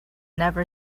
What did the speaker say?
never